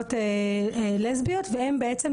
מתנדבות לסביות והן בעצם,